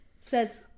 says